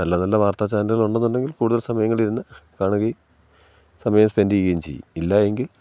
നല്ല നല്ല വാർത്താച്ചാനലുകൾ ഉണ്ടെന്നുണ്ടെങ്കിൽ കൂടുതൽ സമയങ്ങളിരുന്ന് കാണുകയും സമയം സ്പെൻ്റ് ചെയ്യുകയും ചെയ്യും ഇല്ലായെങ്കിൽ